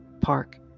park